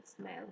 smell